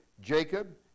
Jacob